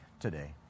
today